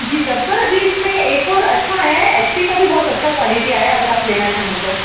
जी sir sir अभी इसमें एक और अच्छा आया है एच पी का भी बहुत अच्छा क्वालिटी आया है अगर आप लेना चाहें तो